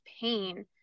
pain